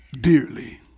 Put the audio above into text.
dearly